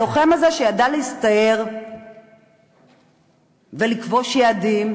הלוחם הזה, שידע להסתער ולכבוש יעדים,